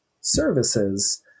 services